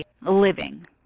living